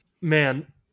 Man